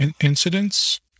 incidents